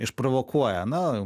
išprovokuoja na